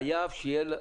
תציג אותה.